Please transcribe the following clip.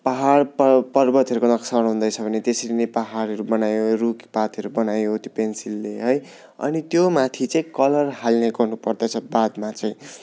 पाहाड पर् पर्वतहरूको नक्सा बनाउँदैछ भने त्यसरी नै पाहाडहरू बनायो रुख पातहरू बनायो त्यो पेन्सिलले है अनि त्योमाथि चाहिँ कलर हाल्ने गर्नु पर्दछ बादमा चाहिँ